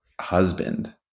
husband